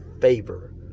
favor